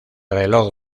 reloj